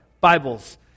Bibles